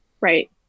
right